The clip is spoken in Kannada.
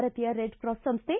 ಭಾರತೀಯ ರೆಡ್ಕ್ರಾಸ್ ಸಂಸ್ಥೆ